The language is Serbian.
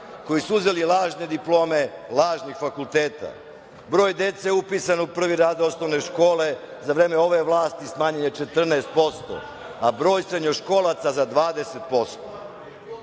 koji su uzeli lažne diplome lažnih fakulteta. Broj dece upisanih u prvi razred osnovne škole, za vreme ove vlasti smanjen je 14 posto, a broj srednjoškolaca za 20